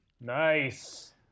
nice